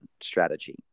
strategy